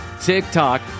TikTok